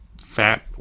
fat